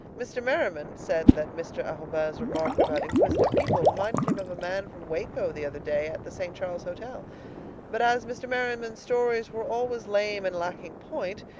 mr. merriman said that mr. arobin's remark about inquisitive people reminded him of a man from waco the other day at the st. charles hotel but as mr. merriman's stories were always lame and lacking point,